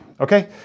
okay